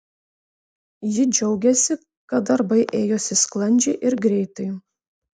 ji džiaugiasi kad darbai ėjosi sklandžiai ir greitai